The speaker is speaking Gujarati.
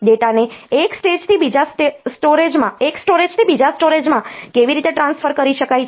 ડેટાને એક સ્ટોરેજ થી બીજા સ્ટોરેજ માં કેવી રીતે ટ્રાન્સફર કરી શકાય છે